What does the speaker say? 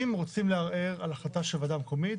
אם רוצים לערער על החלטה של ועדה מקומית,